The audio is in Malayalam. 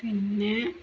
പിന്നെ